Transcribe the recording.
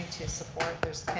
to support, there's